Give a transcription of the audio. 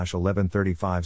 1135